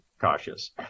cautious